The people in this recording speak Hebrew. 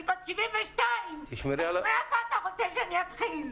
אני בת 72. מאיפה אתה רוצה שאני אתחיל?